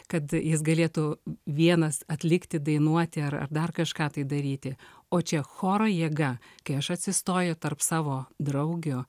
kad jis galėtų vienas atlikti dainuoti ar ar dar kažką tai daryti o čia choro jėga kai aš atsistoju tarp savo draugių